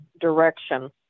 direction